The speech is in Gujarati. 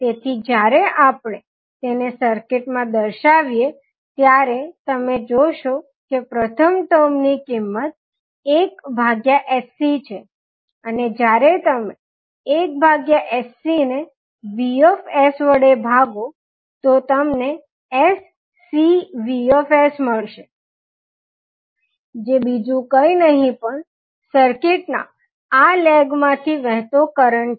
તેથી જ્યારે આપણે તેને સર્કિટમાં દર્શાવીએ ત્યારે તમે જોશો કે પ્રથમ ટર્મની કિંમત 1 ભાગ્યા Sc છે અને જ્યારે તમે 1sCને V વડે ભાગો તો તમને sCV મળશે જે બીજું કઈ નહિ પણ સર્કીંટનાં આ લેગ માંથી વહેતો કરંટ છે